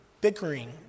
bickering